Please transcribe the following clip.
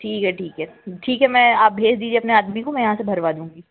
ठीक है ठीक है ठीक है मैं आप भेज दीजिए आपने आदमी को मैं यहाँ से भरवा दूँगी